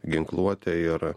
ginkluotę ir